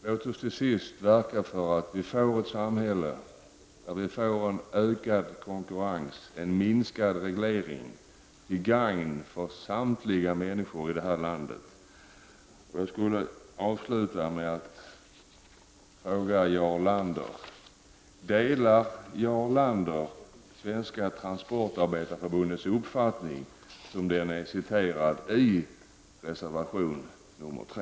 Låt oss, till sist, verka för att vi får ett samhälle med ökad konkurrens och minskad reglering till gagn för samtliga människor i detta land. Jag skulle vilja avsluta med att fråga Jarl Lander om han delar Svenska transportarbetareförbundets uppfattning, som citeras i reservation nr 3.